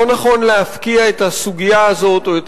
לא נכון להפקיע את הסוגיה הזאת או את